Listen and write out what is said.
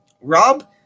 Rob